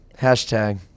hashtag